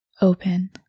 open